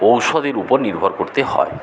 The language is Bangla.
ঔষধের উপর নির্ভর করতে হয়